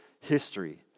history